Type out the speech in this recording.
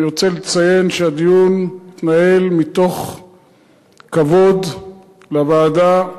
אני רוצה לציין שהדיון התנהל מתוך כבוד לוועדה,